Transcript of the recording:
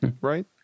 right